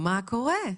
מה קורה?